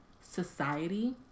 society